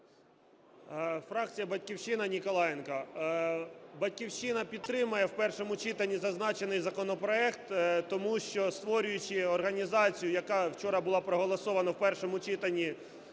Фракція "Батьківщина", Ніколаєнко. "Батьківщина" підтримає в першому читанні зазначений законопроект. Тому що, створюючи організацію, яка вчора була проголосована в першому читанні,